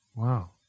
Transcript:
Wow